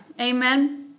Amen